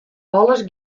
alles